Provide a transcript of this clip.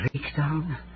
breakdown